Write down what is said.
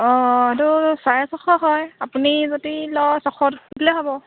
অঁ এইটো চাৰে ছশ হয় আপুনি যদি লয় ছশ দিলেই হ'ব